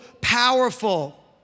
powerful